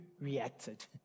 reacted